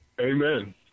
Amen